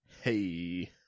Hey